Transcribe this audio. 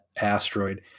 asteroid